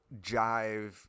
jive